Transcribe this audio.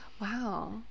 Wow